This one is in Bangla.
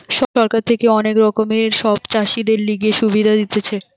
সরকার থাকে অনেক রকমের সব চাষীদের লিগে সুবিধা দিতেছে